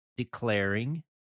Declaring